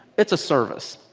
it's a service.